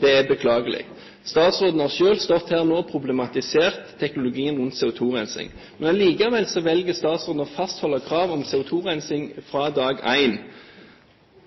Det er beklagelig. Statsråden har selv stått her nå og problematisert teknologien rundt CO2-rensing, men allikevel velger statsråden å fastholde kravet om